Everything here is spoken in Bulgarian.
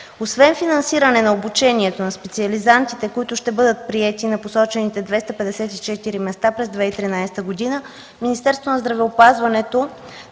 Освен финансиране на обучение на специализантите, които ще бъдат приети на посочените 254 места през 2013 г., Министерството на здравеопазването